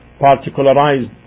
particularized